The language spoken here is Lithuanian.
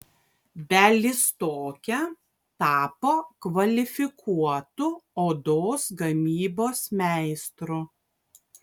bialystoke tapo kvalifikuotu odos gamybos meistru